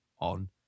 on